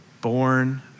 born